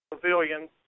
pavilion